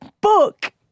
book